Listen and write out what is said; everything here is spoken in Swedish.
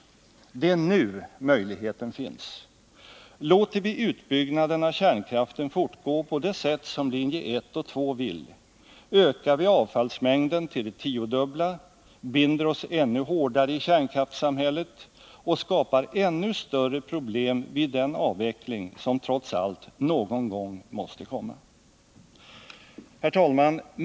Det är nu möjligheten finns. Låter vi utbyggnaden av kärnkraften fortgå på det sätt som linje 1 och linje 2 vill ökar vi avfallsmängden till det tiodubbla, binder oss ännu hårdare i kärnkraftsamhället och skapar ännu större problem vid den avvecklingen som trots allt någon gång måste komma. Herr talman!